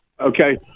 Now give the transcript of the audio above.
okay